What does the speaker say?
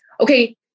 Okay